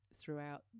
throughout